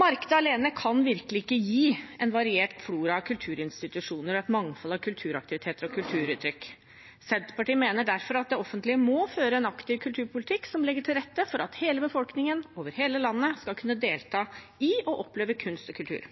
markedet alene kan virkelig ikke gi en variert flora av kulturinstitusjoner og et mangfold av kulturaktiviteter og kulturuttrykk. Senterpartiet mener derfor at det offentlige må føre en aktiv kulturpolitikk som legger til rette for at hele befolkningen, over hele landet, skal kunne delta i og oppleve kunst og kultur.